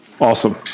awesome